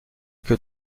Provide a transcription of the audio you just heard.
que